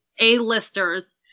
A-listers